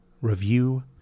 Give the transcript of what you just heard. review